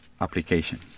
application